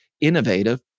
innovative